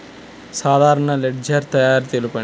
సాధారణ లెడ్జెర్ తయారి తెలుపండి?